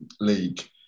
League